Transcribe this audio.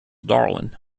darwin